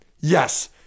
yes